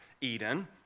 Eden